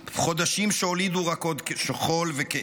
חודשים שהולידו רק עוד שכול וכאב,